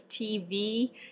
TV